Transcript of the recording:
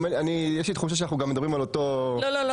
ויש לי תחושה שאנחנו מדברים על אותו דבר.